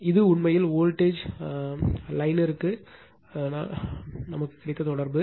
எனவே இது உண்மையில் வோல்டேஜ் லைன் ற்கு எங்கள் தொடர்பு